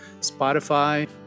Spotify